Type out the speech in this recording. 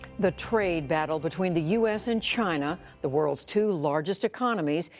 the trade battle between the u s. and china, the world's two largest economies,